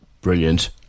Brilliant